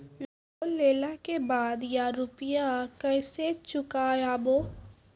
Loan लेला के बाद या रुपिया केसे चुकायाबो?